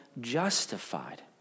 justified